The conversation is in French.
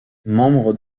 membre